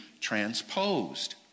transposed